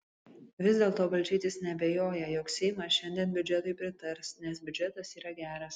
vis dėlto balčytis neabejoja jog seimas šiandien biudžetui pritars nes biudžetas yra geras